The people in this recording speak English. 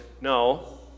No